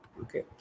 Okay